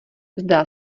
zdá